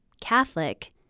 Catholic